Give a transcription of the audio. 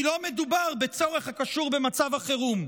כי לא מדובר בצורך הקשור במצב החירום.